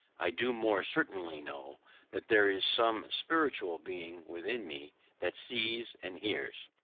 i do more certainly know that there is some spiritual being within me that sees and hears.